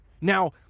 Now